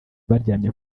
baryamye